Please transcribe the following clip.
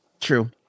True